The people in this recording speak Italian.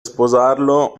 sposarlo